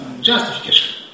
Justification